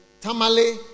Tamale